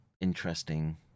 interesting